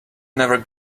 never